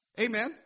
Amen